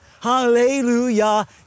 hallelujah